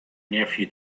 nephew